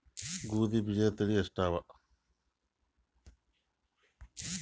ಗೋಧಿ ಬೀಜುದ ತಳಿ ಎಷ್ಟವ?